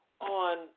on